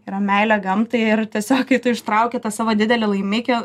yra meilė gamtai ir tiesiog kai tu ištrauki tą savo didelį laimikį